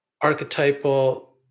archetypal